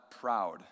proud